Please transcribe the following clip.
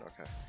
Okay